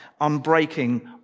unbreaking